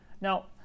Now